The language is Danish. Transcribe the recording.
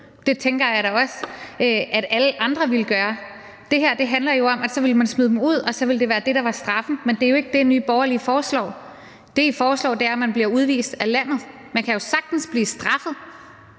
Det tænker jeg da også at alle andre ville gøre. Det her handler jo om, at man så ville smide dem ud, og så ville det være det, der var straffen, men det er jo ikke det, som Nye Borgerlige foreslår. Det, I foreslår, er, at man bliver udvist af landet. Man kan jo sagtens blive straffet,